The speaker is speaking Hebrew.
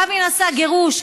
רבין עשה גירוש,